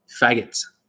faggots